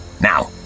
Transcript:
Now